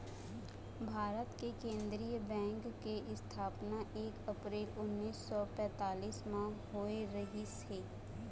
भारत के केंद्रीय बेंक के इस्थापना एक अपरेल उन्नीस सौ पैतीस म होए रहिस हे